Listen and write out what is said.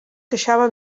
queixava